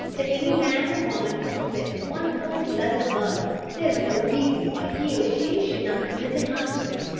if any man or woman could commit one cold-blooded murder, there is no reason why he or she should not commit a hundred.